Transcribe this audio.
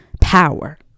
Power